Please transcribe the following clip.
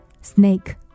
Snake